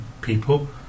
people